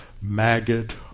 maggot